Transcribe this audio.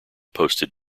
posted